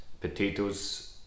potatoes